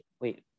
wait